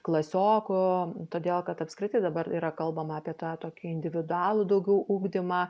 klasiokų todėl kad apskritai dabar yra kalbama apie tą tokį individualų daugiau ugdymą